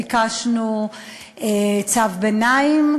ביקשנו צו ביניים,